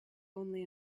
only